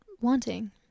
wanting